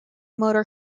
motor